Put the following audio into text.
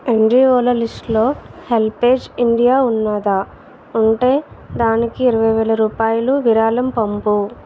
ఎన్జిఓల లిస్టులో HelpAge India ఉన్నదా ఉంటే దానికి ఇరవైవేల రూపాయలు విరాళం పంపు